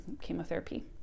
chemotherapy